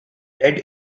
dead